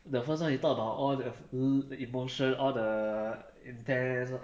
the first one is talk about all the l~ emotion all the intense